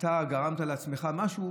אתה גרמת לעצמך משהו,